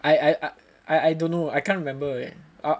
I I I I don't know I can't remember eh